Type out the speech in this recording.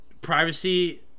privacy